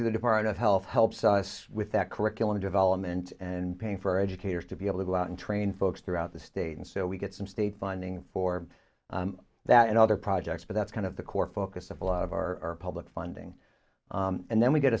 through the department of health helps us with that curriculum development and paying for educators to be able to go out and train folks throughout the state and so we get some state funding for that and other projects but that's kind of the core focus of a lot of our public funding and then we get